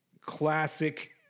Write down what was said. classic